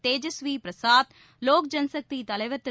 தேஜஸ்வி பிரசாத் லோக் ஜன் சக்தி தலைவர் திரு